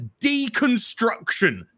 deconstruction